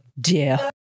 dear